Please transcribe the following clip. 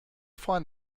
find